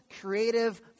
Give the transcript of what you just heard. creative